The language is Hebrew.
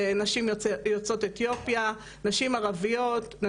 נשים מרוויחות הרבה פחות